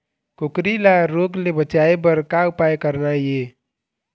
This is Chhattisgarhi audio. कुकरी ला रोग ले बचाए बर का उपाय करना ये?